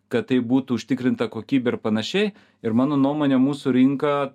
kad tai būtų užtikrinta kokybė ir panašiai ir mano nuomone mūsų rinka